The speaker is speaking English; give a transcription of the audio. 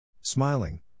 Smiling